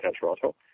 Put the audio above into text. Toronto